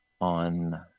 on